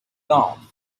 dawn